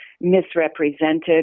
misrepresented